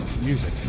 music